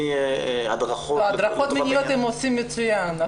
מהדרכות --- הדרכות מיניות הם עושים מצוין.